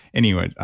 anyway,